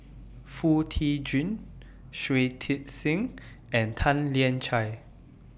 Foo Tee Jun Shui Tit Sing and Tan Lian Chye